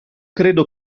credo